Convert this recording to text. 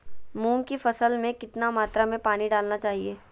मूंग की फसल में कितना मात्रा में पानी डालना चाहिए?